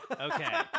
okay